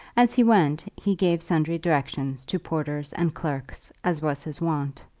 as he went he gave sundry directions to porters and clerks, as was his wont,